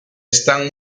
están